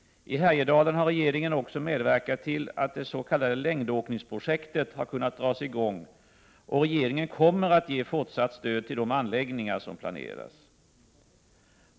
I Härjedalen har regeringen också medverkat till att dets.k. längdåkningsprojektet har kunnat dras i gång, och regeringen kommer att ge fortsatt stöd till de anläggningar som planeras.